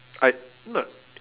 I no